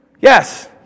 Yes